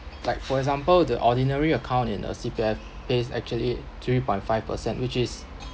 like for example the ordinary account in a C_P_F is actually three point five percent which is